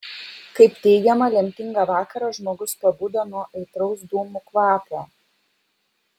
kaip teigiama lemtingą vakarą žmogus pabudo nuo aitraus dūmų kvapo